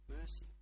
mercy